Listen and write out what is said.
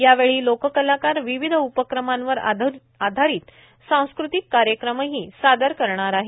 यावेळी लोककलाकार विविध उपक्रमांवर आधारित सांस्कृतिक कार्यक्रमही सादर करणार आहेत